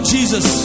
Jesus